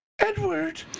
Edward